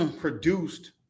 produced